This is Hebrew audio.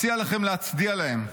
מציע לכם להצדיע להם.